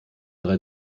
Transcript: drei